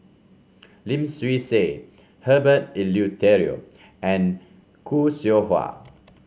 Lim Swee Say Herbert Eleuterio and Khoo Seow Hwa